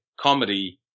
comedy